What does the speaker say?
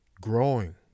growing